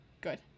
good